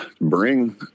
bring